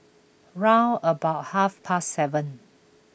round about half past seven